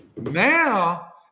now